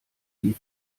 die